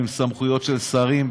עם סמכויות של שרים,